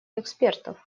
экспертов